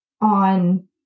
on